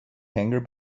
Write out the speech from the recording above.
hangar